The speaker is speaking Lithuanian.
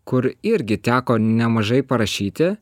kur irgi teko nemažai parašyti